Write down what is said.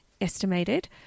estimated